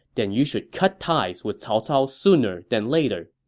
then you should cut ties with cao cao sooner than later.